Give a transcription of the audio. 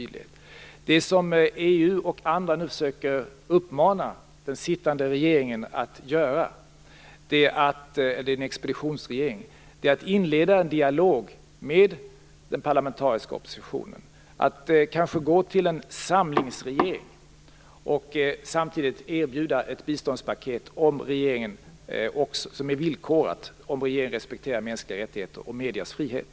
Det som EU och andra nu försöker uppmana den sittande expeditionsregeringen att göra är att inleda en dialog med den parlamentariska oppositionen och kanske få till stånd en samlingsregering. Samtidigt erbjuds ett villkorat biståndspaket, om regeringen respekterar mänskliga rättigheter och mediers frihet.